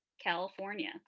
California